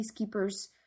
peacekeepers